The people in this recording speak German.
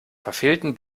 verfehlten